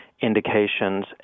indications